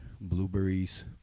blueberries